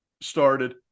started